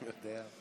יודע.